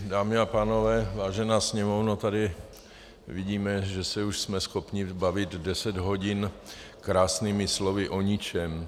Dámy a pánové, vážená Sněmovno, tady vidíme, že se už jsme schopni bavit deset hodin krásnými slovy o ničem.